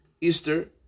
Easter